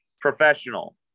professional